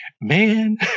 Man